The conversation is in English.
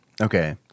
Okay